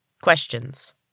questions